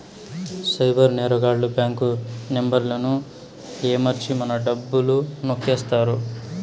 cyber నేరగాళ్లు bank నెంబర్లను ఏమర్చి మన డబ్బులు నొక్కేత్తారు